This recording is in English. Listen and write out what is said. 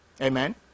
amen